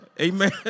Amen